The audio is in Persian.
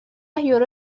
یورو